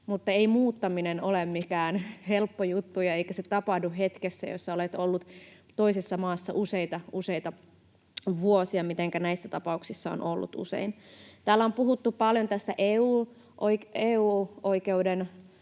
mutta ei muuttaminen ole mikään helppo juttu, eikä se tapahdu hetkessä, jos olet ollut toisessa maassa useita, useita vuosia, mitenkä näissä tapauksissa on usein ollut. Täällä on puhuttu paljon tästä EU-oikeuden